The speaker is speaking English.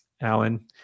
Alan